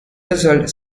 result